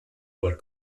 were